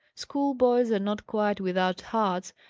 schoolboys are not quite without hearts,